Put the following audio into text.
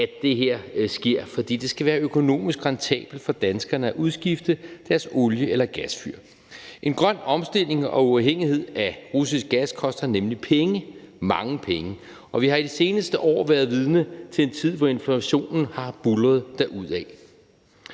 at det her sker, fordi det skal være økonomisk rentabelt for danskerne at udskifte deres olie- eller gasfyr. En grøn omstilling og uafhængighed af russisk gas koster nemlig penge – mange penge – og vi har i de seneste år været vidne til en tid, hvor inflationen har buldret derudad.